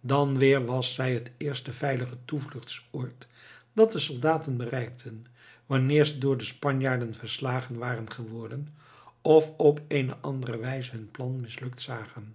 dan weer was zij het eerste veilige toevluchtsoord dat de soldaten bereikten wanneer ze door de spanjaarden verslagen waren geworden of op eene andere wijze hun plan mislukt zagen